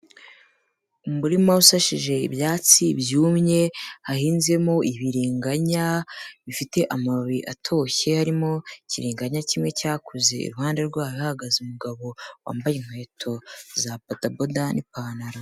Umurima usashije ibyatsi byumye, hahinzemo ibiriganya bifite amababi atoshye, harimo ikiringanya kimwe cyakuze iruhande rwayo hahagaze umugabo, wambaye inkweto za bodaboda n'ipantaro.